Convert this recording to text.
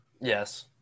Yes